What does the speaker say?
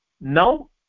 now